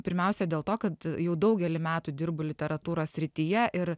pirmiausia dėl to kad jau daugelį metų dirbu literatūros srityje ir